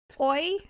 Oi